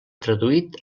traduït